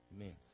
Amen